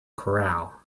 corral